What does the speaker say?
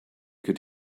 could